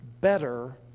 better